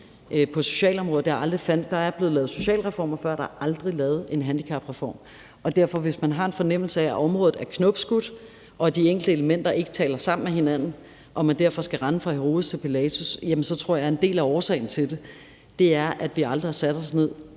på socialområdet. Der er blevet lavet socialreformer før, men der er aldrig lavet en handicapreform. Derfor, hvis man har en fornemmelse af, at området i sig selv er knopskudt, at de enkelte elementer ikke taler sammen, og at man derfor skal rende fra Herodes til Pilatus, tror jeg en del af årsagen til det er, at vi aldrig har sat os ned